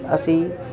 ਅਸੀਂ